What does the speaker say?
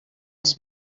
als